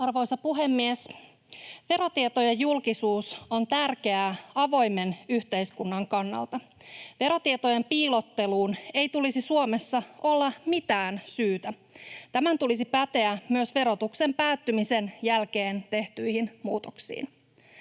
Arvoisa puhemies! Verotietojen julkisuus on tärkeää avoimen yhteiskunnan kannalta. Verotietojen piilotteluun ei tulisi Suomessa olla mitään syytä. Tämän tulisi päteä myös verotuksen päättymisen jälkeen tehtyihin muutoksiin.